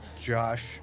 Josh